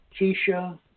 Keisha